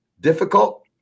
difficult